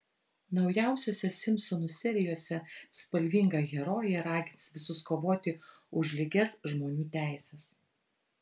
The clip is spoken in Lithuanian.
naujausiose simpsonų serijose spalvinga herojė ragins visus kovoti už lygias žmonių teises